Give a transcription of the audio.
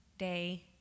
day